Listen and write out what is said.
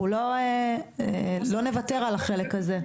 אנחנו לא נוותר על החלק הזה.